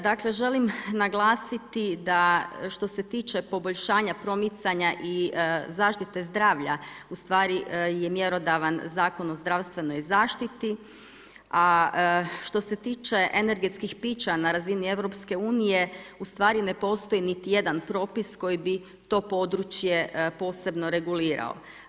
Dakle želim naglasiti da što se tiče poboljšanja, promicanja i zaštite zdravlja ustvari je mjerodavan Zakon o zdravstvenoj zaštiti a što se tiče energetskih pića na razini EU-a, ustvari ne postoji niti jedan propis koji bi to područje posebno regulirao.